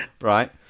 Right